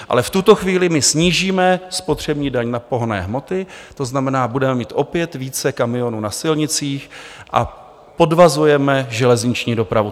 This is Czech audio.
Ale v tuto chvíli my snížíme spotřební daň na pohonné hmoty, to znamená, budeme mít opět více kamionů na silnicích a podvazujeme železniční dopravu.